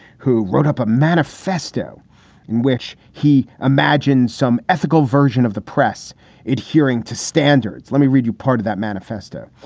who wrote up a manifesto in which he imagined some ethical version of the press adhering to standards. let me read you part of that manifesto.